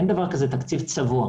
אין דבר כזה תקציב צבוע.